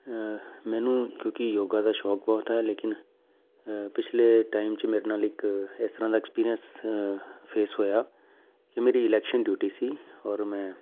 ਮੈਨੂੰ ਕਿਉਂਕਿ ਯੋਗਾ ਦਾ ਸ਼ੌਕ ਬਹੁਤ ਹੈ ਲੇਕਿਨ ਪਿਛਲੇ ਟਾਈਮ 'ਚ ਮੇਰੇ ਨਾਲ ਇੱਕ ਇਸ ਤਰਾਂ ਦਾ ਐਕਸਪੀਰੀਅੰਸ ਫੇਸ ਹੋਇਆ ਅਤੇ ਮੇਰੀ ਇਲੈਕਸ਼ਨ ਡਿਊਟੀ ਸੀ ਔਰ ਮੈਂ